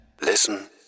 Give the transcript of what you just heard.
Listen